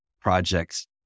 projects